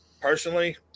Personally